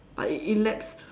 but it elapsed